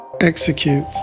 execute